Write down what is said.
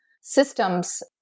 systems